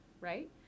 right